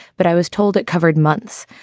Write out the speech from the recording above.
but i was told it covered months.